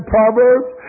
Proverbs